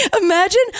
Imagine